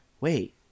wait